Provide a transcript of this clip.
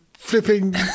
Flipping